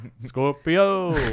Scorpio